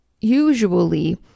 usually